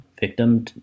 Victim